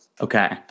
Okay